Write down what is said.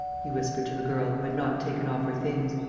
he whispered to the girl, who had not taken off her things.